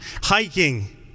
hiking